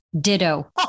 Ditto